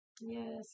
Yes